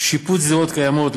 שיפוץ דירות קיימות,